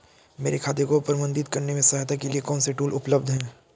मेरे खाते को प्रबंधित करने में सहायता के लिए कौन से टूल उपलब्ध हैं?